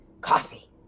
Coffee